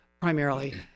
primarily